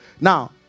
now